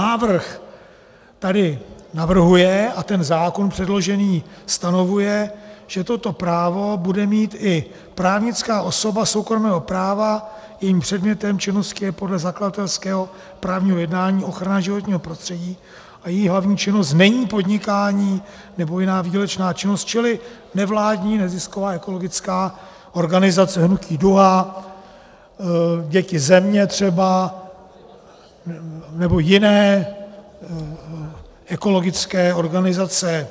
Návrh tady navrhuje a ten předložený zákon stanovuje, že toto právo bude mít i právnická osoba soukromého práva, jejímž předmětem činnosti je podle zakladatelského právního jednání ochrana životního prostředí a její hlavní činnost není podnikání nebo jiná výdělečná činnost, čili nevládní, nezisková, ekologická organizace Hnutí DUHA, Děti Země nebo jiné ekologické organizace.